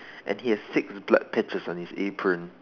and he has six blood patches on his apron